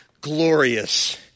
glorious